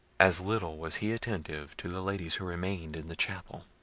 as little was he attentive to the ladies who remained in the chapel.